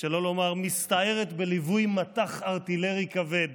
שלא לומר מסתערת בליווי מטח ארטילרי כבד.